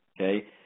Okay